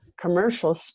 commercial